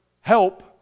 help